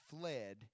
fled